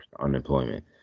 unemployment